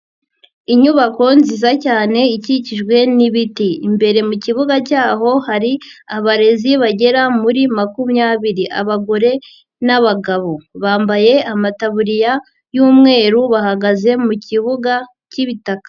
Inyubako nziza cyane ikikijwe n'ibiti. Imbere mu kibuga cyaho hari abarezi bagera muri makumyabiri abagore n'abagabo. Bambaye amataburiya y'umweru bahagaze mu kibuga k'ibitaka.